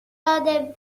ازاده